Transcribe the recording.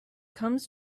comes